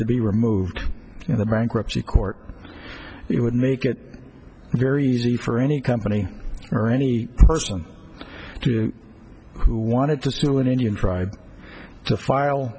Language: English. to be removed in the bankruptcy court it would make it very easy for any company or any person who wanted to sue an indian tribe to file